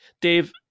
dave